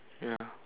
ya